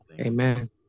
Amen